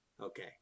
Okay